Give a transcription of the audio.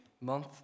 month